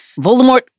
Voldemort